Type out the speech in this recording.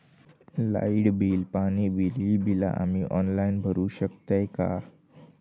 Light bill, पाणी bill, ही बिला आम्ही ऑनलाइन भरू शकतय का?